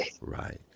Right